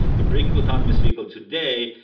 you bring the autonomous vehicle today,